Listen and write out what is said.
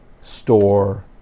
store